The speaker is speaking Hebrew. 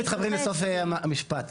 מתחברים לסוף המשפט.